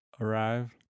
arrive